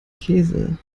käse